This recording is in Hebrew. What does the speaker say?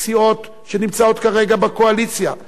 לגבי סיעות שנמצאות כרגע בקואליציה.